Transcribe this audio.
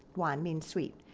wan means sweet.